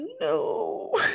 no